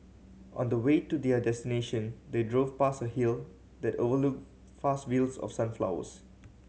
on the way to their destination they drove past a hill that overlooked fast views of sunflowers